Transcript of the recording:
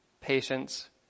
patience